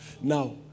Now